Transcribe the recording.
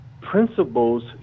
Principles